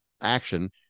action